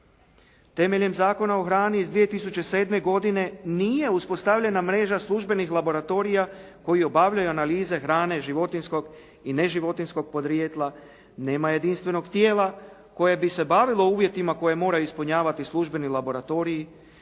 Temeljem Zakona o hrani iz 2007. godine nije uspostavljena mreža službenih laboratorija koji obavljaju analize hrane životinjskog i neživotinjskog podrijetla. Nema jedinstvenog tijela koje bi se bavilo uvjetima koje mora ispunjavati službeni laboratorij.